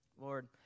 Lord